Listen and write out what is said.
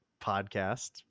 podcast